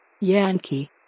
Yankee